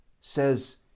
says